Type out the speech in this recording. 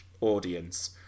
audience